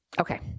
Okay